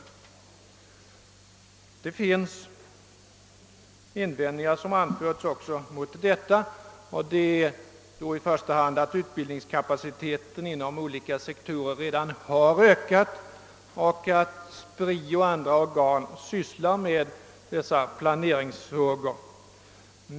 även mot dessa har invändningar anförts, i första hand att utbildningskapaciteten inom olika sektorer redan har ökat och att SPRI och andra organ sysslar med dessa planeringsfrågor.